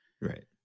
Right